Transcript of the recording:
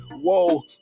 whoa